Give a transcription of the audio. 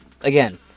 Again